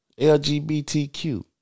LGBTQ